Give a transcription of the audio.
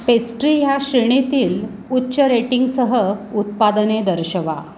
pastry ह्या श्रेणीतील उच्च रेटिंगसह उत्पादने दर्शवा